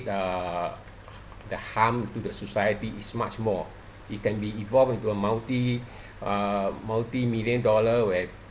the the harm to the society is much more it can be evolved into a multi uh multi million dollar where